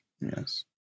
yes